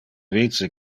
vice